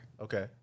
Okay